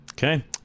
Okay